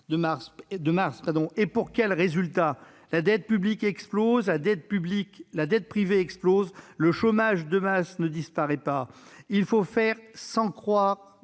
pour quel résultat ? La dette publique et la dette privée explosent, et le chômage de masse ne disparaît pas. Il faut faire sans croire